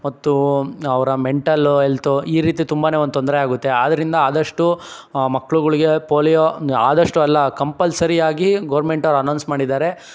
ಮತ್ತು ಅವರ ಮೆಂಟಲ್ಲು ಎಲ್ತು ಈ ರೀತಿ ತುಂಬ ಒಂದು ತೊಂದರೆ ಆಗುತ್ತೆ ಆದ್ದರಿಂದ ಆದಷ್ಟು ಮಕ್ಳುಗಳ್ಗೆ ಪೋಲಿಯೋ ಆದಷ್ಟು ಅಲ್ಲ ಕಂಪಲ್ಸರಿಯಾಗಿ ಗೌರ್ಮೆಂಟವ್ರು ಅನೌನ್ಸ್ ಮಾಡಿದ್ದಾರೆ